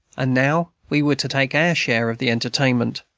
and now we were to take our share of the entertainment.